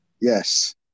yes